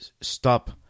stop